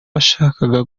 bashakaga